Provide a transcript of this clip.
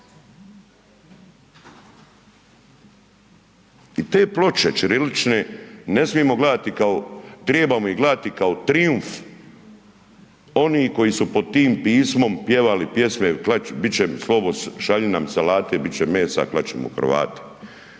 I te ploče ćirilične trebamo ih gledati kao trijumf onih koji su pod tim pismom pjevali pjesme … šalji nam salate bit će mesa klat ćemo Hrvate.